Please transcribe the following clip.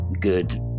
good